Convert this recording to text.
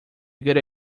good